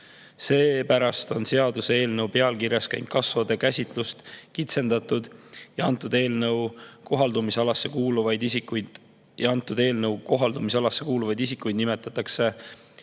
Seepärast on seaduseelnõu pealkirjas inkassode käsitlust kitsendatud ja antud eelnõu kohaldumisalasse kuuluvaid isikuid nimetatakse